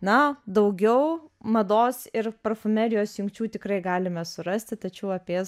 na o daugiau mados ir parfumerijos jungčių tikrai galime surasti tačiau apie jas